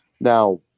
now